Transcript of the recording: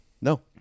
No